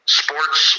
sports